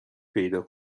پیدا